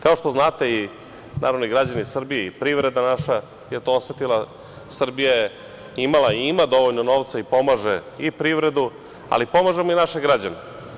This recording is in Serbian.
Kao što znate, građani Srbije i naša privreda je to osetila, Srbija je imala i ima dovoljno novca i pomaže i privredu, ali pomažemo i naše građane.